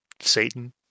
Satan